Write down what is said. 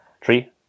Three